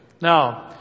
Now